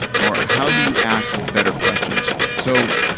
or how do you ask better questions? so,